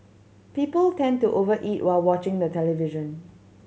people tend to over eat while watching the television